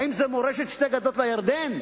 האם זה מורשת שתי גדות לירדן?